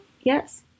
Yes